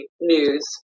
news